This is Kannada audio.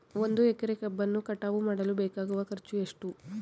ಒಂದು ಎಕರೆ ಕಬ್ಬನ್ನು ಕಟಾವು ಮಾಡಲು ಬೇಕಾಗುವ ಖರ್ಚು ಎಷ್ಟು?